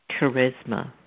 charisma